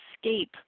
escape